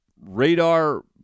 radar